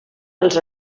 els